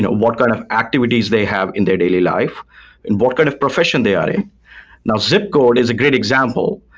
what kind of activities they have in their daily life and what kind of profession they are in now zip code is a great example.